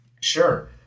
Sure